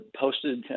posted